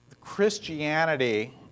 Christianity